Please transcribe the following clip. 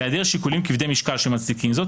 בהיעדר שיקולים כבדי משקל המצדיקים זאת,